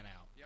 out